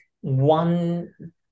one